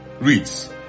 Reads